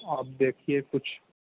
آپ دیکھیے کچھ